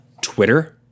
Twitter